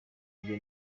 iyo